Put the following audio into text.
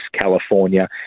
California